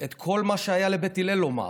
את כל מה שהיה לבית שמאי לומר,